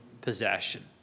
possession